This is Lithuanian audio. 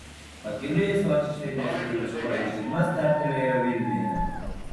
pakeliui į sočį švedijos karališkoji šeima stabtelėjo vilniuje